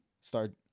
start